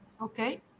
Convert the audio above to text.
okay